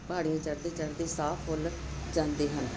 ਪਹਾੜੀਆਂ ਚੜ੍ਹਦੇ ਚੜ੍ਹਦੇ ਸਾਹ ਫੁੱਲ ਜਾਂਦੇ ਹਨ